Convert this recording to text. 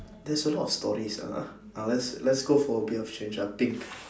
there's a lot of stories ah ah let's let's go for a bit of change ah pink